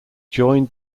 joined